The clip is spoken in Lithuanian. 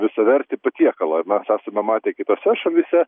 visavertį patiekalą ir mes esame matę kitose šalyse